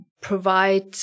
provide